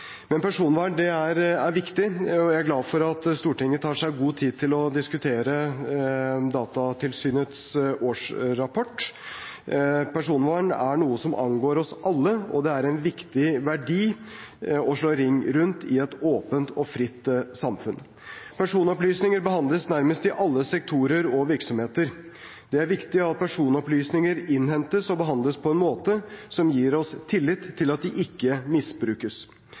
Personvern er viktig, og jeg er glad for at Stortinget tar seg god tid til å diskutere Datatilsynets årsrapport. Personvern er noe som angår oss alle, og det er en viktig verdi å slå ring rundt i et åpent og fritt samfunn. Personopplysninger behandles i nærmest alle sektorer og virksomheter. Det er viktig at personopplysninger innhentes og behandles på en måte som gir oss tillit til at de ikke misbrukes.